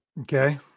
Okay